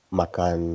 makan